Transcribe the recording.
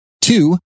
Two